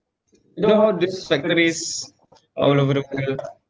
you know how these factories all over the world